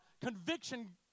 conviction